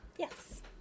Yes